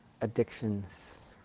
addictions